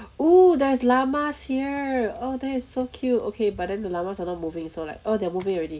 oh there's llamas here that is so cute okay but then the llamas are not moving so like oh they are moving already